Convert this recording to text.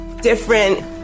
different